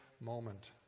moment